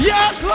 Yes